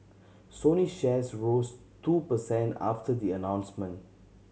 Sony shares rose two per cent after the announcement